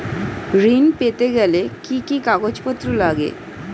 ঋণ পেতে গেলে কি কি কাগজপত্র লাগে?